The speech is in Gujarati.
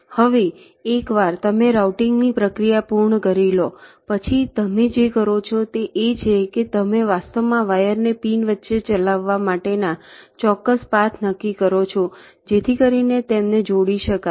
હવે એકવાર તમે રાઉટીંગની પ્રક્રિયા પૂર્ણ કરી લો પછી તમે જે કરો છો તે એ છે કે તમે વાસ્તવમાં વાયરને પિન વચ્ચે ચલાવવા માટેના ચોક્કસ પાથ નક્કી કરો છો જેથી કરીને તેમને જોડી શકાય